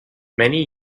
many